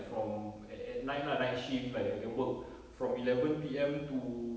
from at at night lah night shift like I can work from eleven P_M to